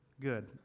Good